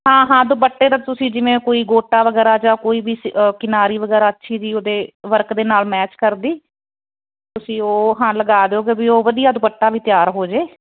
ਹਾਂ ਹਾਂ ਦੁਪੱਟੇ ਦਾ ਤੁਸੀਂ ਜਿਵੇਂ ਕੋਈ ਗੋਟਾ ਵਗੈਰਾ ਜਾਂ ਕੋਈ ਵੀ ਕਿਨਾਰੀ ਵਗੈਰਾ ਅੱਛੀ ਜੀ ਉਹਦੇ ਵਰਕ ਦੇ ਨਾਲ ਮੈਚ ਕਰਦੀ ਤੁਸੀਂ ਉਹ ਹਾਂ ਲਗਾ ਦਿਓਗੇ ਵੀ ਉਹ ਵਧੀਆ ਦੁਪੱਟਾ ਵੀ ਤਿਆਰ ਹੋ ਜਾਏ